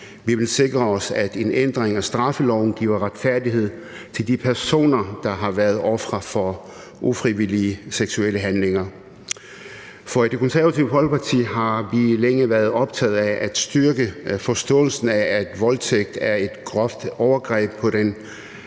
Vi ville sikre os, at en ændring af straffeloven giver retfærdighed til de personer, der har været ofre for ufrivillige seksuelle handlinger. For i Det Konservative Folkeparti har vi længe være optaget af at styrke forståelsen af, at voldtægt er et groft overgreb på den